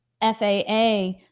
FAA